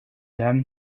them